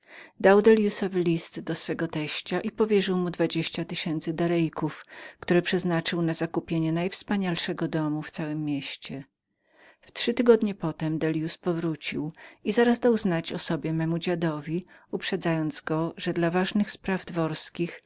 delliusowi list do swego teścia i powierzył mu dwadzieścia tysięcy darejków które przeznaczał na zakupienie najwspanialszego domu w całem mieście we trzy tygodnie potem dellius powrócił i zaraz dał znać o sobie memu dziadowi uprzedzając go że dla ważnych spraw